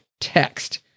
text